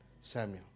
Samuel